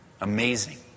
Amazing